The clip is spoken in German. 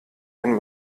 ein